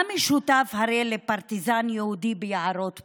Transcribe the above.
מה משותף הרי לפרטיזן יהודי ביערות פולין,